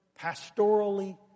pastorally